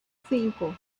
cinco